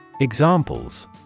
Examples